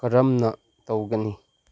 ꯀꯔꯝꯅ ꯇꯧꯒꯅꯤ